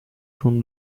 from